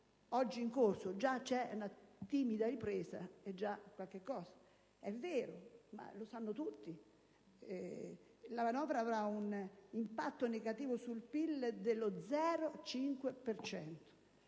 oggi in corso (già è in corso una timida ripresa: è già qualcosa). È vero, lo sanno tutti, la manovra avrà un impatto negativo sul PIL dello 0,5